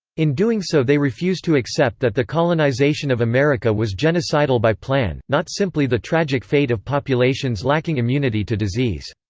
in doing so they refuse to accept that the colonization of america was genocidal by plan, not simply the tragic fate of populations lacking immunity to disease.